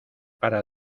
para